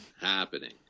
happening